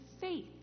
faith